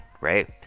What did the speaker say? right